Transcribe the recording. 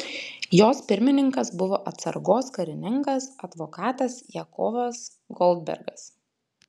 jos pirmininkas buvo atsargos karininkas advokatas jakovas goldbergas